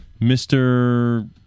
Mr